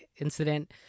incident